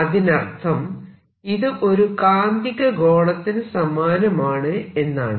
അതിനർത്ഥം ഇത് ഒരു കാന്തിക ഗോളത്തിനു സമാനമാണ് എന്നാണ്